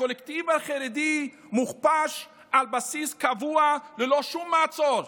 הקולקטיב החרדי מוכפש על בסיס קבוע ללא שום מעצור.